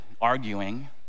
arguing